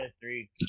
three